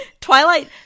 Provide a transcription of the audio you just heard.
Twilight